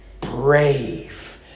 brave